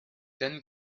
then